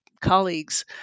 colleagues